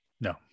no